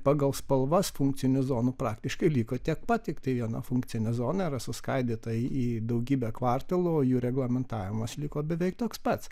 pagal spalvas funkcinių zonų praktiškai liko tiek pat tiktai viena funkcinė zona yra suskaidyta į daugybę kvartalų o jų reglamentavimas liko beveik toks pats